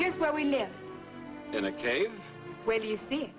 here's where we live in a cave where do you see